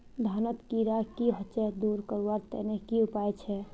धानोत कीड़ा की होचे दूर करवार तने की उपाय छे?